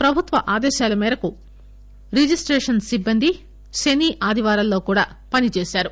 ప్రభుత్వం ఆదేశాల మేరకు రిజిస్టేసన్ సిబ్బంది శని ఆదివారాల్లో కూడా పనిచేశారు